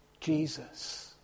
Jesus